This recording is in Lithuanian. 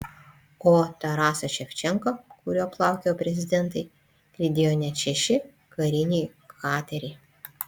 o tarasą ševčenką kuriuo plaukiojo prezidentai lydėjo net šeši kariniai kateriai